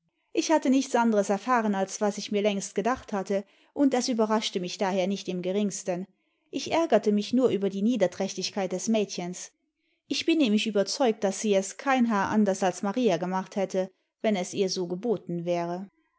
ich hatte nichts anderes erfahren als was ich mir längst gedacht hatte und es überraschte mich daher nicht im geringsten ich ärgerte mich nur über die niederträchtigkeit des mädchens ich bin nämlich überzeugt daß sie es kein haar anders als maria gemacht hätte wenn es ihr so geboten wäre